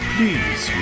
Please